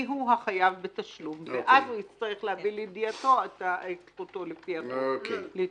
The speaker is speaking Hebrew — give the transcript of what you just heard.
יב בתשלום את זכותו לפי סעיף זה הוא